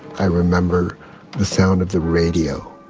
i remember the sound of the radio